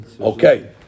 okay